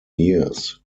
years